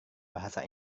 bahasa